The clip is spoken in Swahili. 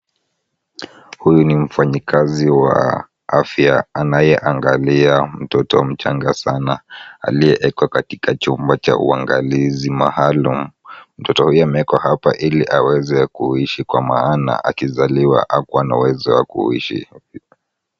Huyu ni mfanyikazi wa afya anayeangalia mtoto mchanga sana aliyewekwa katika chombo cha uangalizi maalum. Mtoto huyu amewekwa hapa ili aweze kuishi kwa maana akizaliwa hakuwa na uwezo wa kuishi.